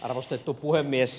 arvostettu puhemies